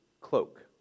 cloak